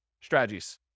strategies